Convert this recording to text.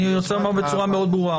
אומר בצורה מאוד ברורה,